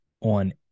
on